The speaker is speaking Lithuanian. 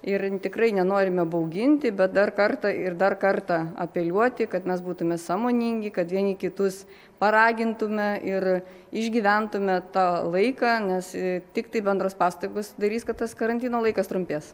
ir tikrai nenorime bauginti bet dar kartą ir dar kartą apeliuoti kad mes būtume sąmoningi kad vieni kitus paragintume ir išgyventume tą laiką nes tiktai bendros pastangos darys kad tas karantino laikas trumpės